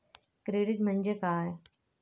Credit म्हणजे काय?